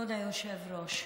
כבוד היושב-ראש,